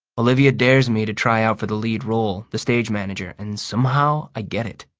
olivia dares me to try out for the lead role, the stage manager, and somehow i get it.